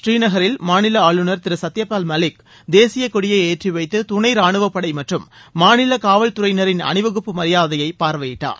பூந்நகரில் மாநில ஆளுநர் திரு சத்யபால் மாலிக் தேசியக்கொடியை ஏற்றி வைத்து துணை ராணுவப்படை மற்றும் மாநில காவல்துறையினரின் அணிவகுப்பு மரியாதையை பார்வையிட்டார்